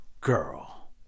Girl